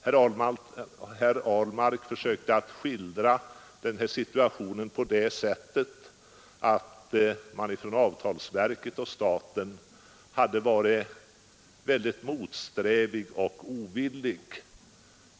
Herr Ahlmark försökte skildra situationen på det sättet, att man från avtalsverkets och statens sida hade varit mycket motsträvig och ovillig.